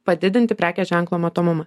padidinti prekės ženklo matomumą